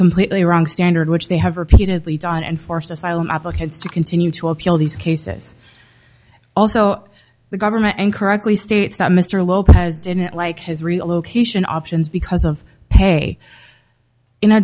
completely wrong standard which they have repeatedly done and forced asylum applicants to continue to appeal these cases also the government incorrectly states that mr lopez didn't like his relocation options because of